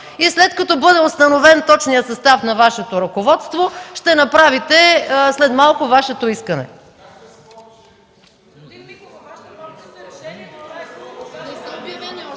и след като бъде установен точният състав на Вашето ръководство, ще направите след малко Вашето искане.